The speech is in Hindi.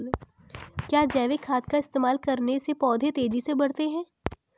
क्या जैविक खाद का इस्तेमाल करने से पौधे तेजी से बढ़ते हैं?